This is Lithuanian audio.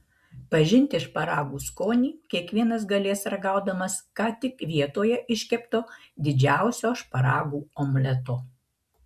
pažinti šparagų skonį kiekvienas galės ragaudamas ką tik vietoje iškepto didžiausio šparagų omleto